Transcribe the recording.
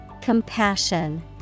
Compassion